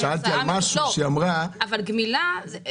גמילה.